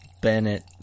Bennett